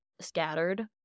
scattered